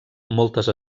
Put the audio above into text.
moltes